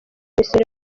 misoro